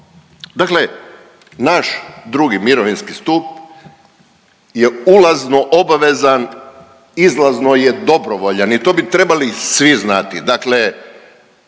dakle, naš drugi mirovinski stup je ulazno obavezan, izlazno je dobrovoljan i to bi trebali svi znati. Dakle,